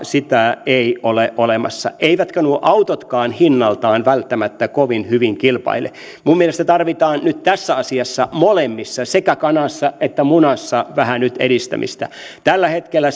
sitä tankkausinfraa ei ole olemassa eivätkä nuo autot hinnallaankaan välttämättä kovin hyvin kilpaile minun mielestäni tarvitaan nyt tässä asiassa molemmissa sekä kanassa että munassa vähän edistämistä tällä hetkellä